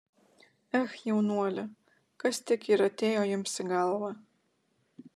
ech jaunuoli kas tik ir atėjo jums į galvą